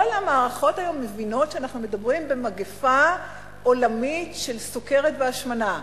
כל המערכות היום מבינות שאנחנו מדברים על מגפה עולמית של סוכרת והשמנה.